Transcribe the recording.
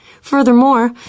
Furthermore